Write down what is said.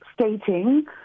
stating